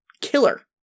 killer